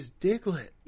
Diglett